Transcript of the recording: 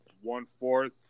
one-fourth